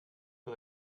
for